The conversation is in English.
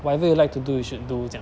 whatever you like to do you should do 这样